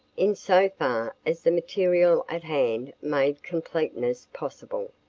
in so far as the material at hand made completeness possible.